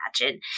imagine